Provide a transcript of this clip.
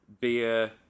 beer